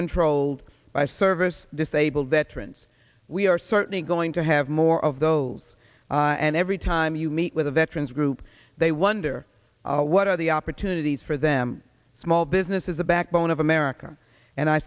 controlled by service disabled veterans we are certainly going to have more of those and every time you meet with a veterans group they wonder what are the opportunities for them small businesses the backbone of america and i